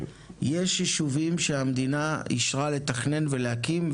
יש יישובים שהמדינה אישרה לתכנן ולהקים,